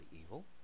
evil